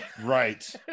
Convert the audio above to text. Right